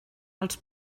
els